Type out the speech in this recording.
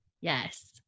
Yes